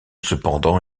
cependant